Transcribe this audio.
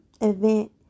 event